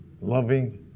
loving